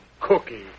cookie